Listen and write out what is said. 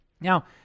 Now